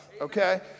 okay